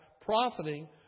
profiting